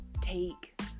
take